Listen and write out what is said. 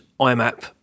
IMAP